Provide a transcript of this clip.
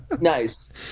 nice